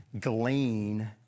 glean